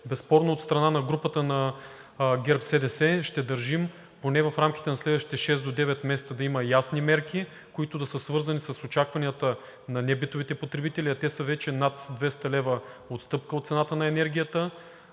Безспорно от страна на групата на ГЕРБ-СДС ще държим поне в рамките на следващите шест до девет месеца да има ясни мерки, които да са свързани с очакванията на небитовите потребители, а те са вече над 200 лв. отстъпка от цената на енергията,